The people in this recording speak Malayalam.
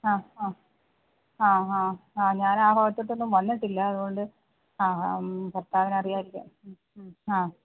അ അ ആ ആ ആ ഞാനാ ഭാഗത്തോട്ടൊന്നും വന്നിട്ടില്ല അതുകൊണ്ട് ആ ആ ഭർത്താവിനറിയാരിക്കാം മ്മ് അ